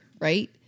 right